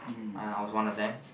uh I was one of them